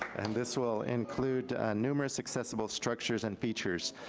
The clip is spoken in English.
and this will include numerous accessible structures and features.